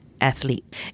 athlete